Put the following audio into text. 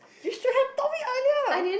you should have told me earlier